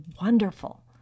wonderful